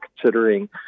considering